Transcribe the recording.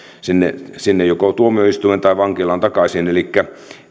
joko sinne tuomioistuimeen tai vankilaan takaisin elikkä